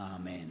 Amen